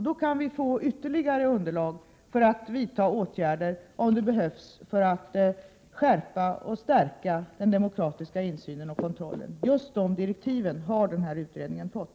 Då kan vi få ytterligare underlag för att vidta åtgärder, om det behövs, för att skärpa och stärka den'demokratiska insynen och kontrollen. Just dessa direktiv har den här utredningen fått.